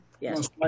Yes